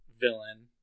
villain